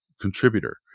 contributor